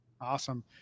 Awesome